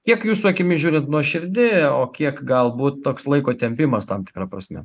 kiek jūsų akimis žiūrint nuoširdi o kiek galbūt toks laiko tempimas tam tikra prasme